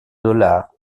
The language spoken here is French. dollars